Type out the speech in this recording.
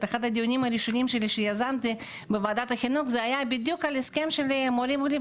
אחד הדיונים הראשונים שיזמתי בוועדת החינוך היה מורים עולים,